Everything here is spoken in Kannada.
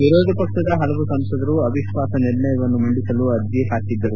ವಿರೋಧ ಪಕ್ಷದ ಹಲವು ಸಂಸದರು ಅವಿಶ್ವಾಸ ನಿರ್ಣಯವನ್ನು ಮಂಡಿಸಲು ಅರ್ಜಿ ಹಾಕಿದ್ದರು